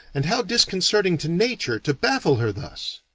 and how disconcerting to nature, to baffle her thus!